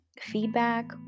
feedback